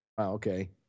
okay